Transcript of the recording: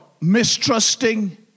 mistrusting